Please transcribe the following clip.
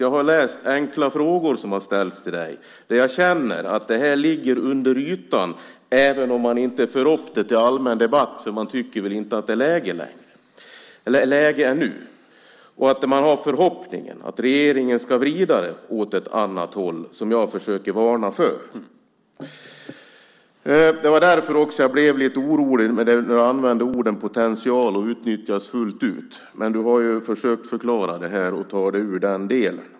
Jag har läst enkla frågor som har ställts till dig där jag känner att det ligger under ytan, även om man inte för upp det till allmän debatt - man tycker väl inte att det är läge ännu. Man har förhoppningen att regeringen ska vrida utvecklingen åt det håll som jag försöker varna för. Det var därför jag blev lite orolig när du använde orden "potential" och "utnyttjas fullt ut". Men du har ju försökt förklara det här och ta dig ur den delen.